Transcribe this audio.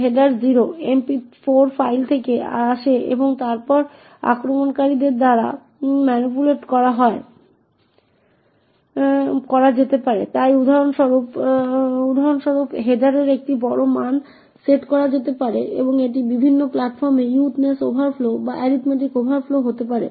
MP4 file থেকে আসে এবং আক্রমণকারী দ্বারা ম্যানিপুলেট করা যেতে পারে তাই উদাহরণস্বরূপ হেডারের একটি বড় মান সেট করা যেতে পারে এবং এটি বিভিন্ন প্ল্যাটফর্মে উইডথনেস ওভারফ্লো বা এরিথমেটিক ওভারফ্লো হতে পারে